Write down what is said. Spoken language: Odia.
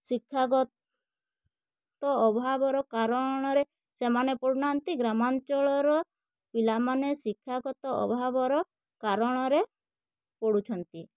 ଶିକ୍ଷାଗତ ଅଭାବର କାରଣରେ ସେମାନେ ପଢ଼ୁନାହାଁନ୍ତି ଗ୍ରାମାଞ୍ଚଳର ପିଲାମାନେ ଶିକ୍ଷାଗତ ଅଭାବର କାରଣରେ ପଢ଼ୁଛନ୍ତି